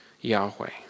Yahweh